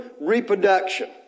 reproduction